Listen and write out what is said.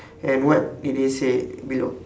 and what did they say below